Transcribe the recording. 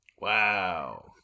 Wow